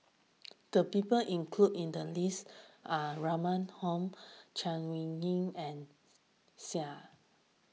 the people included in the list are Rahim Omar Chay Weng Yew and Seah